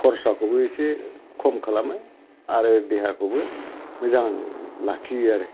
खरसाखौबो एसे खम खालामो आरो देहाखौबो मोजां लाखियो आरो